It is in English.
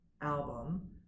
album